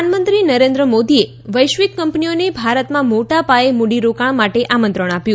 પ્રધાનમંત્રી નરેન્દ્ર મોદીએ વૈશ્વિક કંપનીઓને ભારતમાં મોટા પાયે મૂડીરોકાણ માટે આમંત્રણ આપ્યું